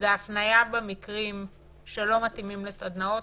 זה הפניה במקרים שלא מתאימים לסדנאות,